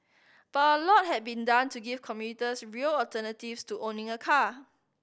but a lot had been done to give commuters real alternatives to owning a car